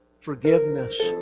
forgiveness